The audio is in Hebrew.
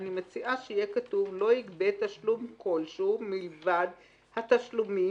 אני מציעה שיהיה כתוב: לא יגבה תשלום כלשהו מלבד התשלומים,